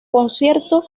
concierto